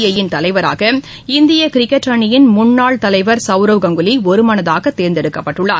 ஐ யின் தலைவராக இந்திய கிரிக்கெட் அணியின் முன்னாள் தலைவா் சவுரவ் கங்குலி ஒருமனதாக தேர்ந்தெடுக்கப்பட்டுள்ளார்